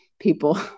people